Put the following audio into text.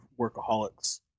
Workaholics